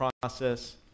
process